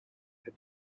had